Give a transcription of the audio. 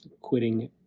quitting